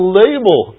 label